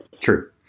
True